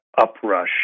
uprush